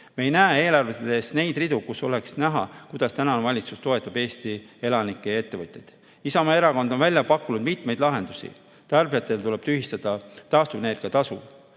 Me ei näe eelarves ridu, kus oleks näha, kuidas tänane valitsus toetab Eesti elanikke ja ettevõtjaid. Isamaa Erakond on välja pakkunud mitmeid lahendusi: tarbijatel tuleb tühistada taastuvenergia tasu